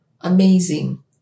amazing